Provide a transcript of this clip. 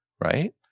right